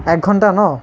এঘণ্টা ন